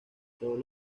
todos